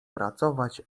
pracować